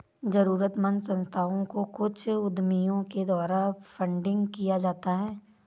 जरूरतमन्द संस्थाओं को कुछ उद्यमियों के द्वारा फंडिंग किया जाता है